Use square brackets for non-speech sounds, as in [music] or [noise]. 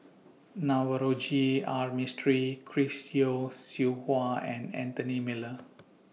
[noise] Navroji R Mistri Chris Yeo Siew Hua and Anthony Miller